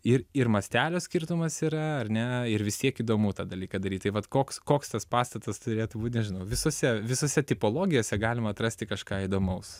ir ir mastelio skirtumas yra ar ne ir vis tiek įdomu tą dalyką daryt tai vat koks koks tas pastatas turėtų būt nežinau visose visose tipologijose galima atrasti kažką įdomaus